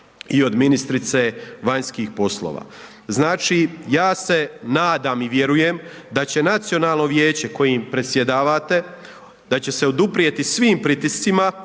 i od ministrice vanjskih poslova. Znači ja se nadam i vjerujem da će Nacionalno vijeće kojim predsjedavate, da će se oduprijeti svim pritiscima